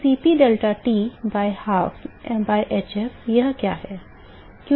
तो Cp deltaT by hf वह क्या है